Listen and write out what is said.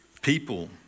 People